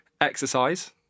exercise